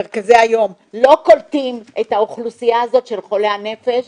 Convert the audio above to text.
מרכזי היום לא קולטים את האוכלוסייה הזאת של חולי הנפש,